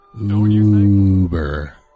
Uber